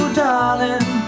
darling